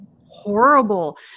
horrible